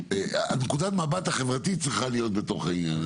נקודת המבט החברתית צריכה להיות בתוך העיר.